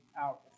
out